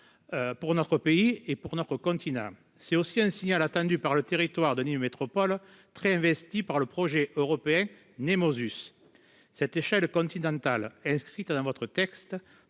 pour notre pays et pour notre continent, c'est aussi un signal attendu par le territoire Denis métropole très investie par le projet européen Nemo ZUS cette échelle continentale inscrite dans votre texte